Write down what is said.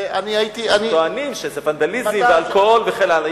טוענים שזה ונדליזם ואלכוהול וכן הלאה.